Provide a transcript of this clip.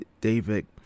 David